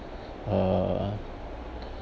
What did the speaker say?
uh